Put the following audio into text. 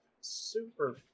super